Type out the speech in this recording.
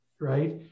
right